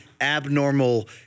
abnormal